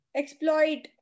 exploit